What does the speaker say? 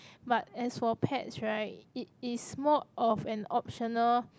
but as for pets right it is more of an optional